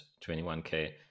21K